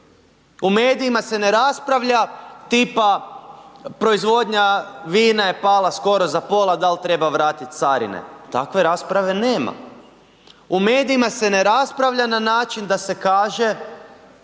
U medijima se ne raspravlja tipa proizvodnja vina je pala skoro za pola, dal treba vratit carine, takve rasprave nema. U medijima se ne raspravlja na način da se kaže